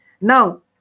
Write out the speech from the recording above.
now